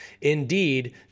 Indeed